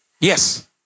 Yes